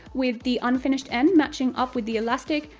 with the unfinished end matching up with the elastic,